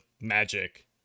magic